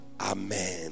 Amen